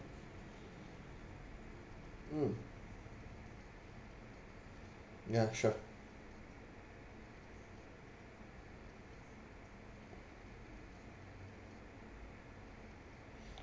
mm yeah sure